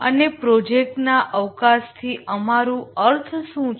અને પ્રોજેક્ટના સ્કોપથી અમારું અર્થ શું છે